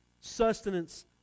sustenance